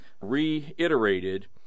reiterated